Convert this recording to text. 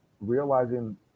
realizing